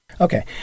Okay